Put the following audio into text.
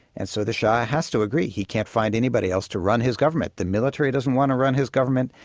and so the shah has to agree, he can't find anybody else to run his government. the military doesn't want to run his government,